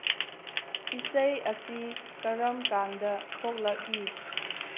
ꯏꯁꯩ ꯑꯁꯤ ꯀꯔꯝ ꯀꯥꯟꯗ ꯊꯣꯛꯂꯛꯏ